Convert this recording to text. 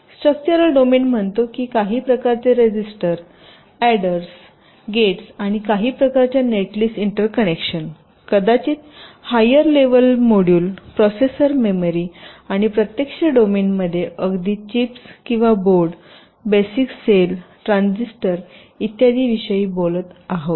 structural domain म्हणतो की काही प्रकारचे रजिस्टर ऍडर्स गेट्स आणि काही प्रकारच्या नेट लिस्ट इंटर कनेक्शन कदाचित higher level module processor memory आणि प्रत्यक्ष डोमेनमध्ये आम्ही चिप्स किंवा बोर्ड बेसिक सेल ट्रान्झिस्टर इत्यादींविषयी बोलत आहोत